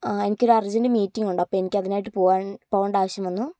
ആ എനിക്ക് ഒരു അർജൻറ്റ് മീറ്റിംഗ് ഉണ്ട് അപ്പോൾ എനിക്ക് അതിനായിട്ട് പോകാൻ പോവേണ്ട ആവശ്യം വന്നു